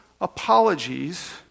Apologies